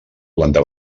planta